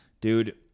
Dude